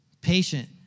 patient